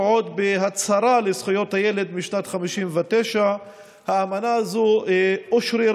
עוד בהצהרה לזכויות הילד משנת 1959. האמנה הזאת אושררה